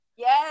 Yes